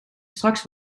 straks